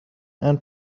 and